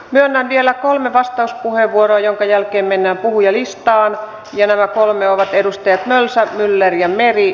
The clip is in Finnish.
myönnän vielä kolme vastauspuheenvuoroa joiden jälkeen mennään puhujalistaan ja nämä kolme ovat edustajat mölsä myller ja meri